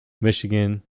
Michigan